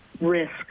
risk